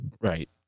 Right